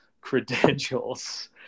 credentials